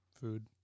food